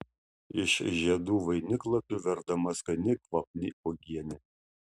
iš žiedų vainiklapių verdama skani kvapni uogienė